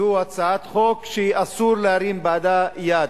זו הצעת חוק שאסור להרים בעדה יד.